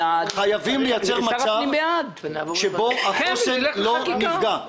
חייבים לייצר מצב שבו החוסן לא נפגע.